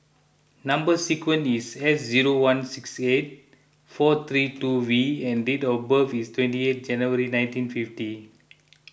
Number Sequence is S zero one six eight four three two V and date of birth is twenty eighth January nineteen fifty